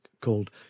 called